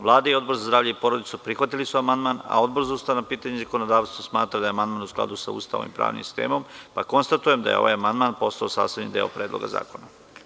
Vlada i Odbor za zdravlje i porodicu, prihvatili su amandman, a Odbor za ustavna pitanja i zakonodavstvo smatra da je amandman u skladu sa Ustavom i pravnim sistemom, pa konstatujem da je ovaj amandman postao sastavni deo predloga zakona.